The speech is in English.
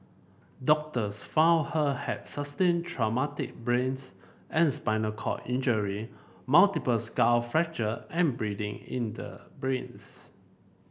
doctors found her had sustained traumatic brains and spinal cord injury multiple skull fracture and bleeding in the brains